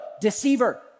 deceiver